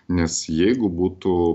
nes jeigu būtų